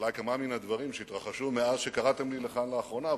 אולי כמה מן הדברים שהתרחשו מאז קראתם לי לכאן לאחרונה,